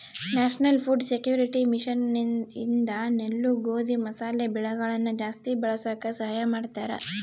national food security mission ಇಂದ ನೆಲ್ಲು ಗೋಧಿ ಮಸಾಲೆ ಬೆಳೆಗಳನ ಜಾಸ್ತಿ ಬೆಳಸಾಕ ಸಹಾಯ ಮಾಡ್ತಾರ